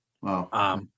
Wow